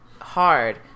Hard